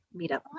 meetup